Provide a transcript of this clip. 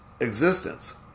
existence